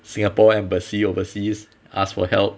singapore embassy overseas ask for help